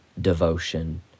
devotion